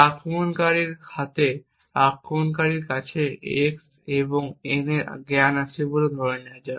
আক্রমণকারীর হাতে আক্রমণকারীর কাছে x এবং n এর জ্ঞান আছে বলে ধরে নেওয়া যাক